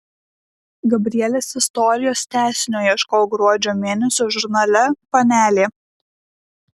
gabrielės istorijos tęsinio ieškok gruodžio mėnesio žurnale panelė